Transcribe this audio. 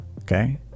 Okay